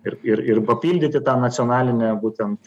ir ir ir papildyti tą nacionalinę būtent